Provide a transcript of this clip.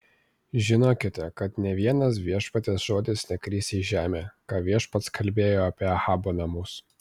žinokite kad nė vienas viešpaties žodis nekris į žemę ką viešpats kalbėjo apie ahabo namus